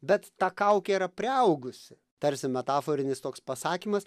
bet ta kaukė yra priaugusi tarsi metaforinis toks pasakymas